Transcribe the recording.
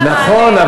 נכון,